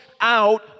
out